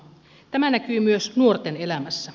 tämä näkyy myös nuorten elämässä